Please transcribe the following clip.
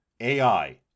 AI